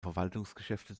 verwaltungsgeschäfte